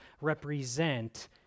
represent